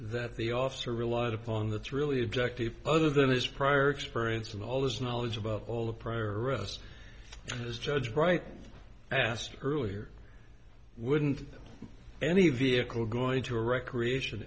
that the officer relied upon that's really objective other than his prior experience of all this knowledge about all of us as judge wright asked earlier wouldn't any vehicle go into a recreation